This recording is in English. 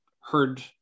heard